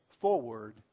forward